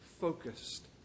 focused